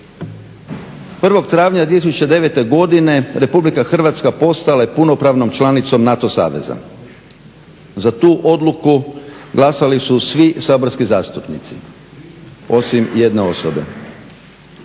1.travnja 2009.godine RH postala je punopravnom članicom NATO saveza. Za tu odluku glasali su svi saborsko zastupnici osim jedne osobe.